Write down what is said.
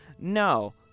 no